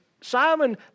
Simon